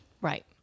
Right